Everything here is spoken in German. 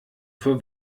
für